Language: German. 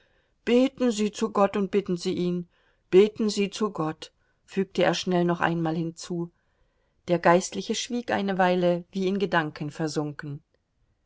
beten sie zu gott bitten sie ihn beten sie zu gott fügte er schnell noch einmal hinzu der geistliche schwieg eine weile wie in gedanken versunken